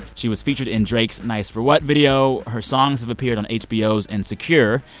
she was featured in drake's nice for what video. her songs have appeared on hbo's insecure.